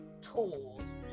tools